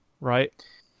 Right